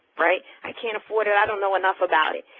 right, i can't afford it, i don't know enough about it.